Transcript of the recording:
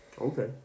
Okay